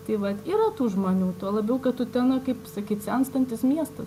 tai vat yra tų žmonių tuo labiau kad utena kaip sakyt senstantis miestas